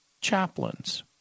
chaplains